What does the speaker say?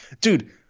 dude